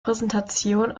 präsentation